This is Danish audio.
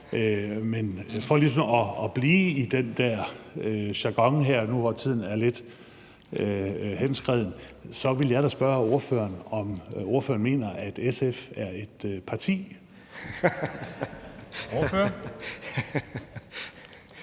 Men for ligesom at blive i den der jargon her, hvor tiden er lidt henskreden, vil jeg da spørge ordføreren, om ordføreren mener, at SF er et parti.